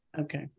Okay